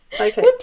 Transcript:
Okay